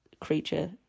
creature